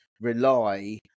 rely